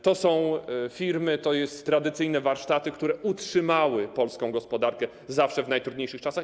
To są firmy, to są tradycyjne warsztaty, które utrzymywały polską gospodarkę zawsze, w najtrudniejszych czasach.